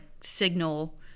signal